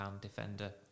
defender